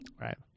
Right